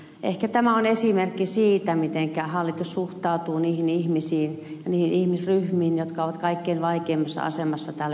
ehkä tämä on esimerkki siitä mitenkä hallitus suhtautuu niihin ihmisiin ja niihin ihmisryhmiin jotka ovat kaikkein vaikeimmassa asemassa täällä yhteiskunnassa